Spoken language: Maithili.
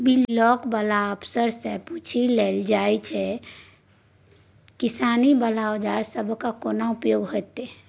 बिलॉक बला अफसरसँ पुछि लए ना जे किसानी बला औजार सबहक कोना उपयोग हेतै?